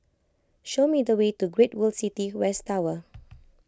show me the way to Great World City West Tower